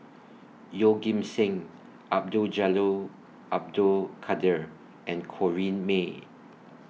Yeoh Ghim Seng Abdul Jalil Abdul Kadir and Corrinne May